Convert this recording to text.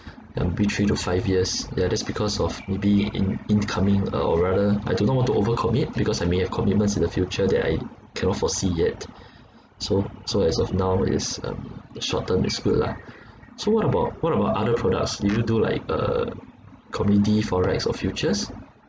M_P three to five years yeah that's because of maybe in~ incoming uh or rather I do not want to over commit because I may have commitments in the future that I cannot foresee yet so so as of now is um the short term is good lah so what about what about other products do you do like uh committee FOREX or futures